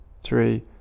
three